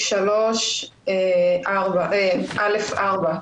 תקנה 3(א)(4),